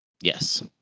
Yes